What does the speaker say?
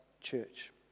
church